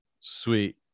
sweet